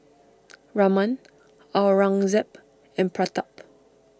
Raman Aurangzeb and Pratap